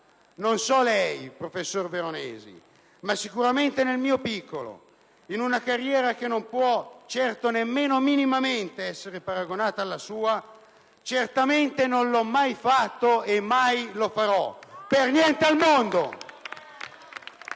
Non so lei, professor Veronesi, ma sicuramente nel mio piccolo, in una carriera che non può nemmeno minimamente essere paragonata alla sua, certamente non l'ho mai fatto né mai lo farò, per niente al mondo.